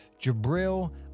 Jabril